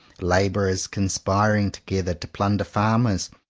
labourers conspiring together to plunder farmers,